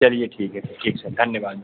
चलिए ठीक है तो ठीक सर धन्यवाद